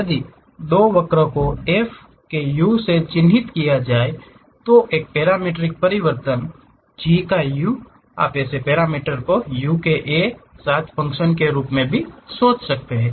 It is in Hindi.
यदि दो वक्रों को F के u से चिह्नित किया जाता है तो एक पैरामीट्रिक परिवर्तन और G का u आप इस पैरामीटर को u के a साथ फंकशन के रूप में भी सोच सकते हैं